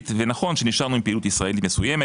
ונכון שנשארנו עם פעילות ישראלית מסוימת,